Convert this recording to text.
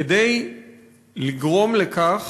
כדי לגרום לכך